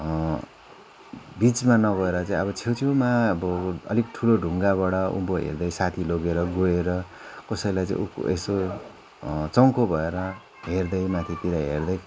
बिचमा नगएर चाहिँ अब छेउछेउमा अब अलिक ठुलो डुङ्गाबाट उँभो हेर्दै साथी लगेर गएर कसैलाई चाहिँ उख यसो चङ्खो भएर हेर्दै माथितिर हेर्दै